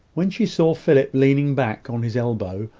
when she saw philip leaning back on his elbow,